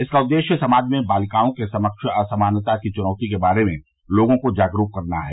इसका उद्देश्य समाज में बालिकाओं के समक्ष असमानता की च्नौती के बारे में लोगों को जागरूक करना है